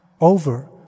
over